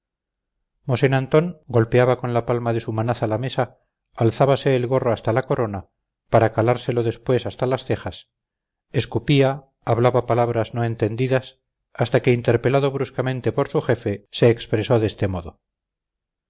mosén antón golpeaba con la palma de su manaza la mesa alzábase el gorro hasta la corona para calárselo después hasta las cejas escupía hablaba palabras no entendidas hasta que interpelado bruscamente por su jefe se expresó de este modo